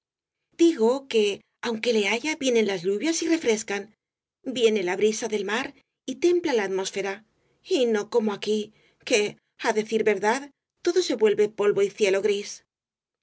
digo que aunque le haya vienen las lluvias y rosalía de castro refrescan viene la brisa del mar y templa la atmósfera y no como aquí que á decir verdad todo se vuelve polvo y cielo grisi